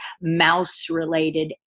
mouse-related